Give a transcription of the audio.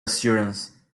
assurance